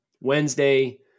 Wednesday